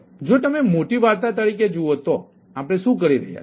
તેથી જો તમે મોટી વાર્તા તરીકે જુઓ તો આપણે શું કરી રહ્યા છીએ